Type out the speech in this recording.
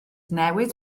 newid